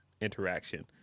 interaction